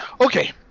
Okay